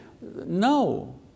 No